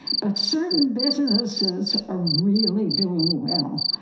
but certain businesses are really doing well.